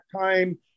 time